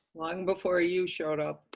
long before you showed up.